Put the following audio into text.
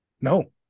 No